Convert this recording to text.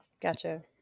Gotcha